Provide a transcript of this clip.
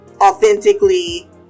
authentically